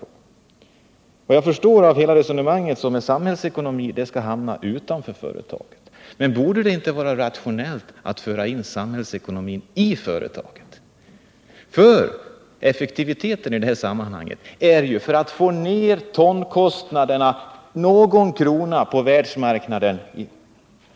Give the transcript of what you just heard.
Såvitt jag förstår menar han att hela det samhällsekonomiska resonemanget skall stanna utanför företagen. Men skulle det inte vara rationellt att föra in samhällsekonomin i företaget? Effektivitet i detta sammanhang anses vara att förbättra SSAB:s konkurrensförmåga genom att få ned tonkostnaderna någon krona på världsmarknaden.